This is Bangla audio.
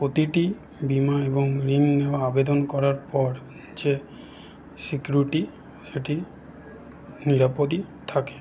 প্রতিটি বীমা এবং ঋণ নেওয়া আবেদন করার পর যে সিকুরিটি সেটি নিরাপদই থাকে